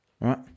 right